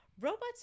Robots